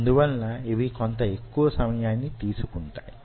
అందువలన యివి కొంత యెక్కువ సమయాన్ని తీసుకుంటాయి